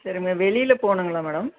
சரி மேம் வெளியில போகணுங்களா மேடம்